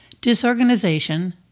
Disorganization